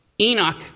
Enoch